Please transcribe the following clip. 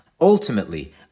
Ultimately